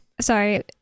Sorry